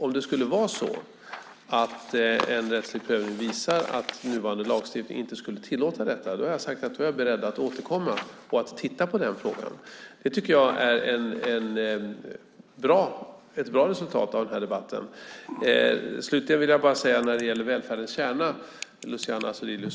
Om en rättslig prövning visar att nuvarande lagstiftning inte skulle tillåta detta har jag sagt att jag är beredd att återkomma och att titta på den frågan. Det tycker jag är ett bra resultat av den här debatten. Slutligen vill jag bara säga en sak när det gäller välfärdens kärna, Luciano Astudillo.